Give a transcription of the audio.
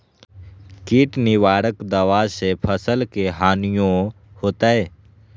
किट निवारक दावा से फसल के हानियों होतै?